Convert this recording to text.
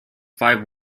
five